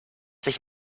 sich